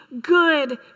good